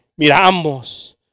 miramos